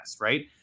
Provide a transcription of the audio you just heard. right